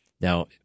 Now